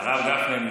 הרב גפני,